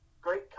great